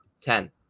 Ten